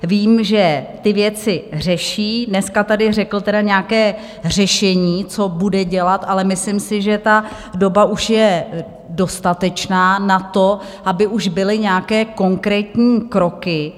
Vím, že ty věci řeší, dneska tady řekl nějaké řešení, co bude dělat, ale myslím si, že ta doba už je dostatečná na to, aby už byly nějaké konkrétní kroky.